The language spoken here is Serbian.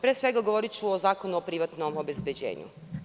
Pre svega, govoriću o zakonu o privatnom obezbeđenju.